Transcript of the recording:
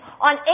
on